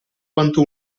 quanto